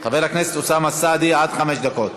חבר הכנסת אוסאמה סעדי, עד חמש דקות.